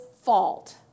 fault